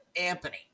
Anthony